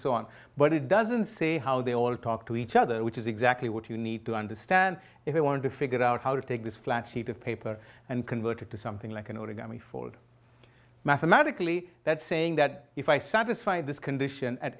so on but it doesn't say how they all talk to each other which is exactly what you need to understand if you want to figure out how to take this flat sheet of paper and convert it to something like an origami fold mathematically that's saying that if i satisfy this condition at